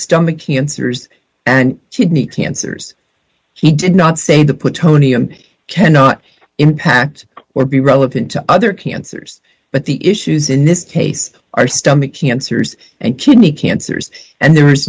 stomach cancers and kidney cancers he did not say the put tony i'm cannot impact or be relevant to other cancers but the issues in this case are stomach cancers and kidney cancers and there